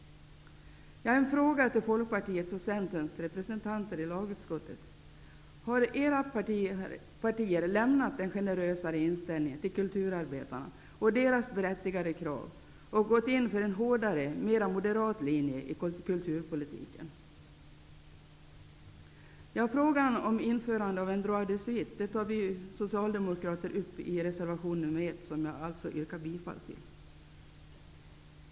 Har era partier frångått den generösare inställningen till kulturarbetarna och deras berättigade krav och gått in för en hårdare, mera moderat linje i kulturpolitiken? Frågan om införandet av s.k. droit de suite tar vi socialdemokrater upp i reservation nr 1, vilken jag yrkar bifall till.